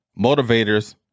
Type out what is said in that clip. motivators